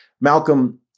Malcolm